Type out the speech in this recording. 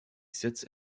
sits